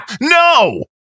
No